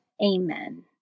Amen